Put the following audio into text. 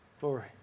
glory